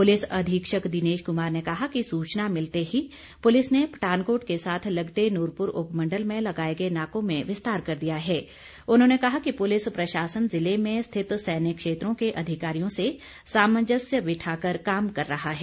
police अधीक्षक दिनेश कुमार ने कहा कि सूचना मिलते ही पुलिस ने पठानकोट के साथ लगते नूरपुर उपमंडल में लगाए गए नाकों में विस्तार कर दिया है और उन्होंने कहा कि पुलिस प्रशासन जिले में स्थित सैन्य क्षेत्रों के अधिकारियों से सामंजस्य बिठाकर काम कर रहा है